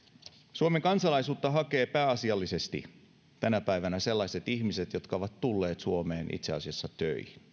suomen kansalaisuutta hakevat pääasiallisesti tänä päivänä sellaiset ihmiset jotka ovat tulleet suomeen itse asiassa töihin